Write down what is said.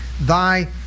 thy